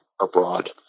abroad